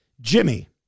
Jimmy